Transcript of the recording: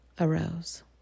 arose